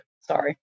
sorry